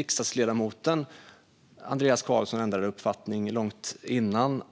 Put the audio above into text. Riksdagsledamoten Andreas Carlson ändrade uppfattning långt innan